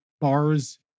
bars